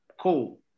cool